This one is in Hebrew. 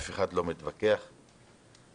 אף אחד לא מתווכח על זה